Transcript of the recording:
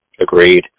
Agreed